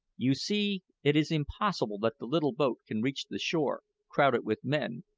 you see it is impossible that the little boat can reach the shore, crowded with men.